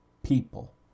people